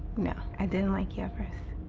no, i didn't like you